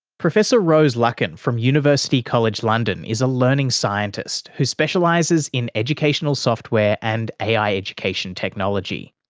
professor rose luckin from university college london is a learning scientist who specialises in educational software and ai education technology.